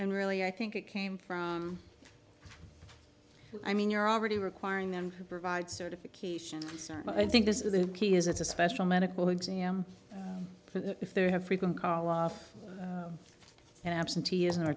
and really i think it came from i mean you're already requiring them to provide certification but i think this is the key is it's a special medical exam if they have frequent karloff and absenteeism